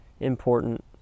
important